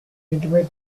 intimate